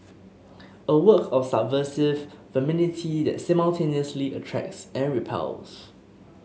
a work of subversive femininity that simultaneously attracts and repels